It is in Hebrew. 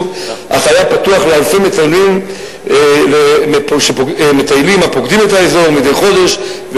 אך היה פתוח לאלפי מטיילים הפוקדים את האזור מדי חודש,